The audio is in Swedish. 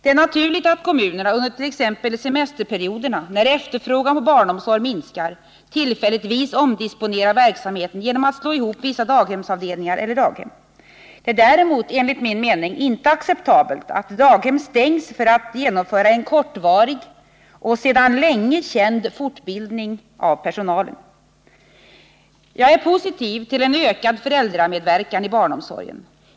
Det är naturligt att kommunerna under t.ex. semesterperioderna, när efterfrågan på barnomsorg minskar, tillfälligtvis omdisponerar verksamheten genom att slå ihop vissa daghemsavdelningar eller daghem. Det är däremot enligt min mening inte acceptabelt att daghem stängs för att genomföra en kortvarig och sedan länge känd fortbildning av personalen. Jag är positiv till en ökad föräldramedverkan i barnomsorgen.